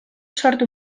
sortu